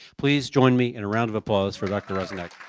please join me in a round of applause for dr. rozenek.